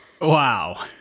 Wow